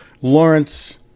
Lawrence